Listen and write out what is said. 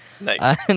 Nice